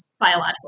biological